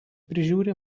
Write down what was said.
prižiūri